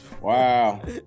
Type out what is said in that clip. Wow